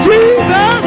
Jesus